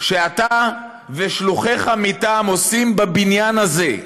שאתה ושלוחיך מטעם עושים בבניין הזה,